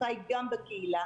החשיפה היא גם בקהילה.